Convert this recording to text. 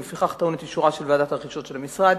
ולפיכך טעון את אישורה של ועדת הרכישות של המשרד.